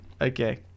Okay